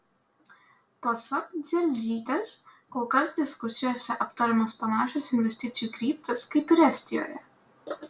pasak dzelzytės kol kas diskusijose aptariamos panašios investicijų kryptys kaip ir estijoje